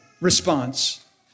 response